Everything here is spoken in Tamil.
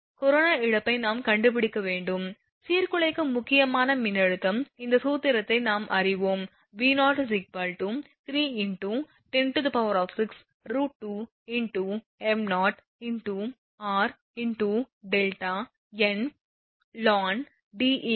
கொரோனா இழப்பை நாம் கண்டுபிடிக்க வேண்டும் சீர்குலைக்கும் முக்கியமான மின்னழுத்தம் இந்த சூத்திரத்தை நாம் அறிவோம் V0 3 × 106√2 × m0 × 𝑟 × 𝛿 n ln 𝐷𝑒𝑞r 𝑉𝑝ℎ𝑎𝑠𝑒